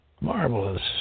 marvelous